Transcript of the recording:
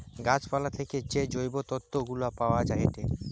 গাছ পালা থেকে যে জৈব তন্তু গুলা পায়া যায়েটে